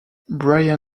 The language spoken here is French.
brian